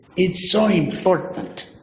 it's so important.